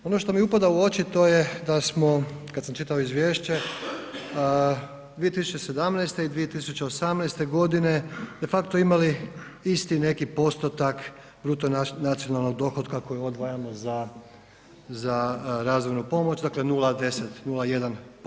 Ono što mi upada u oči to je da smo, kada sam čitao izvješće 2017. i 2018. godine de facto imali isti neki postotak bruto nacionalnog dohotka koji odvajamo za razvojnu pomoć, dakle 0,10, 0,1%